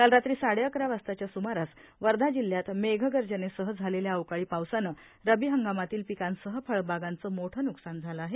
काल रात्री साडेअकरा वाजताच्या सुमारास वर्धा जिल्ह्यात मेघगर्जनेसह झालेल्या अवकाळी पावसाने रबी हंगामातील पिकांसह फळबागांचे मोठे न्कसान झाले आहे